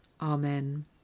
Amen